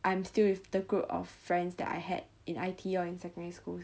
I am still with the group of friends that I had in I_T_E or in secondary school